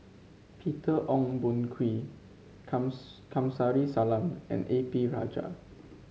Peter Ong Boon Kwee Kamsari Salam and A P Rajah